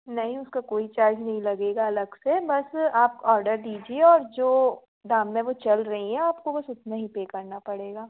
नहीं उसका कोई चार्ज नहीं लगेगा अलग से बस आप औडर दीजिए और जो दाम में वो चल रहीं हैं आपको बस उतना ही पे करना पड़ेगा